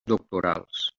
doctorals